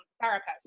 therapist